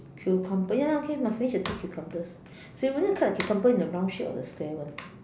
cucumber ya okay must finish the two cucumbers so you want to cut the cucumber in the round shape or the square one